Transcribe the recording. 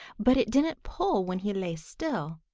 but it didn't pull when he lay still.